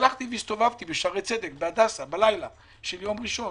הסתובבתי בשערי צדק ובהדסה בלילה של יום ראשון